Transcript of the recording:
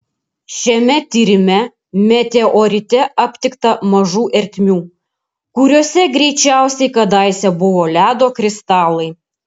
šiame tyrime meteorite aptikta mažų ertmių kuriose greičiausiai kadaise buvo ledo kristalai